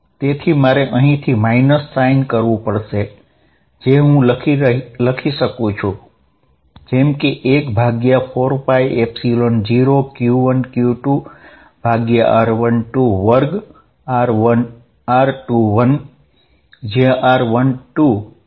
તેથી મારે અહીંથી માઇનસ સાઇન કરવી પડશે અને તેને હું 14π0q1q2r12 2 r21 લખી શકું જયાં r21 એ 2 થી 1 નો યુનિટ વેક્ટર છે